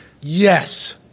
Yes